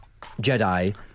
Jedi